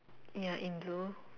ya in blue